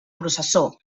processó